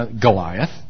Goliath